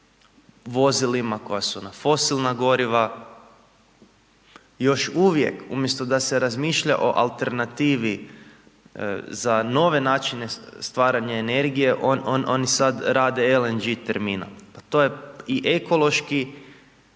vozilima koji su na fosilna goriva, još uvijek umjesto da se razmišlja o alternativi za nove načine stvaranja energije, oni sada rade LNG terminal. Pa to je i ekološki